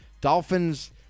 Dolphins